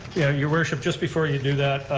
yeah, your worship, just before you do that,